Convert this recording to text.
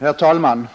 Herr talman!